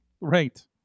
Right